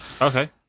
Okay